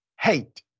Hate